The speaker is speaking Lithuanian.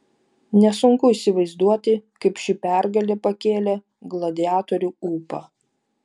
nesunku įsivaizduoti kaip ši pergalė pakėlė gladiatorių ūpą